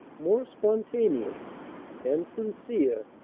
more spontaneous and sin cere,